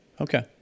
Okay